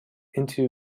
into